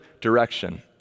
direction